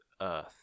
earth